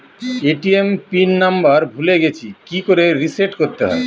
ATM pin number ভুলে গেছি কি করে রিসেট করতে হয়?